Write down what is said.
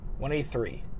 183